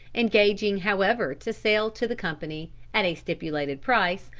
engaging however to sell to the company, at a stipulated price,